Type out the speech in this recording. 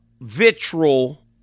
vitriol